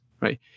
right